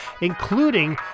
including